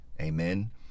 Amen